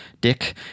dick